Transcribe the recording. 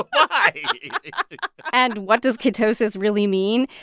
ah why? and what does ketosis really mean?